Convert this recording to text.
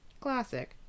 Classic